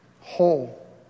whole